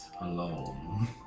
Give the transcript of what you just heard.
alone